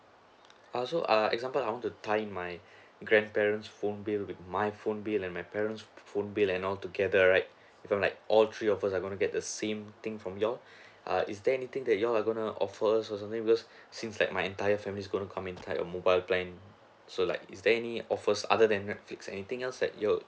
err so err example I want to tie my grandparent's phone bill with my phone bill and my parent's phone bill and all together right different like all three of us I'm gonna get the same thing from you all err is there anything that you all are gonna offer us or something because since like my entire family gonna come and tie a mobile plan so like is there any offers other than netflix anything else that you'll